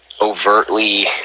overtly